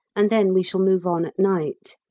and then we shall move on at night.